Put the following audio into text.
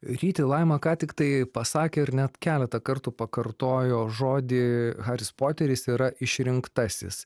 ryti laima ką tiktai pasakė ir net keletą kartų pakartojo žodį haris poteris yra išrinktasis